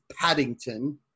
Paddington